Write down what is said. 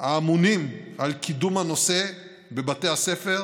הממונים על קידום הנושא בבתי הספר,